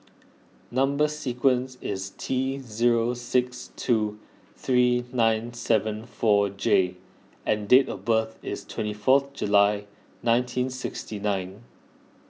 Number Sequence is T zero six two three nine seven four J and date of birth is twenty fourth July nineteen sixty nine